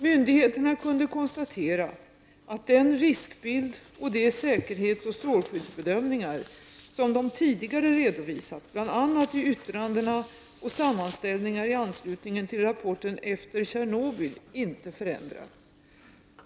Myndigheterna kunde konstatera att den riskbild och de säkerhetsoch strålskyddsbedömningar som de tidigare redovisat, bl.a. i yttranden och sammanställningar i anslutning till rapporten ”Efter Tjernobyl” , inte förändrats.